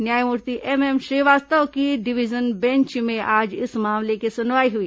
न्यायमूर्ति एमएम श्रीवास्तव की division bench में आज इस मामले की सुनवाई हुई